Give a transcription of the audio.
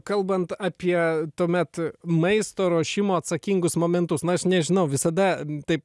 kalbant apie tuomet maisto ruošimo atsakingus momentus na aš nežinau visada taip